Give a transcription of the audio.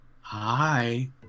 Hi